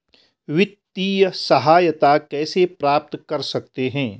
वित्तिय सहायता कैसे प्राप्त कर सकते हैं?